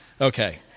okay